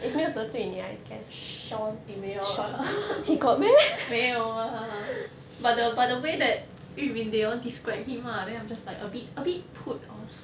sean eh 没有 ah 没有 ah but the but the way that yu min they all describe him ah then I'm just like a bit a bit put off